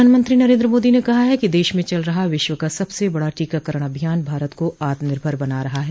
प्रधानमंत्री नरेन्द्र मोदी ने कहा है कि देश में चल रहा विश्व का सबसे बड़ा टीकाकरण अभियान भारत को आत्म निर्भर बना रहा है